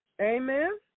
Amen